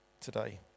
today